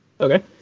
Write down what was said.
Okay